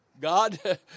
God